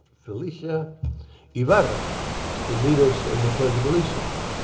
phylicia ybarra to lead us in the pledge of allegiance.